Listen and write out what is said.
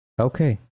Okay